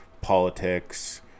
politics